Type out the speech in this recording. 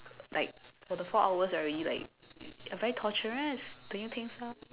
like for the four hours already like very torturous do you think so